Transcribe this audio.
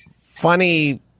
funny